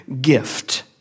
gift